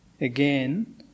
Again